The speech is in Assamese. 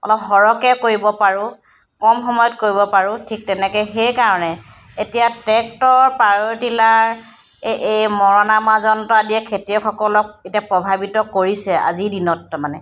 অলপ সৰহকৈ কৰিব পাৰোঁ কম সময়ত কৰিব পাৰোঁ ঠিক তেনেকৈ সেইকাৰণে এতিয়া টেক্টৰ পাৱৰ টিলাৰ এই মৰণা মৰা যন্ত্ৰ আদিয়ে খেতিয়কসকলক এতিয়া প্ৰভাৱিত কৰিছে আজিৰ দিনত তাৰমানে